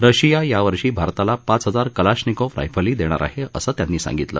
Russia यावर्षी भारताला पाच हजार कलाश्निकोव्ह रायफली देणार आहे असं त्यांनी सांगितलं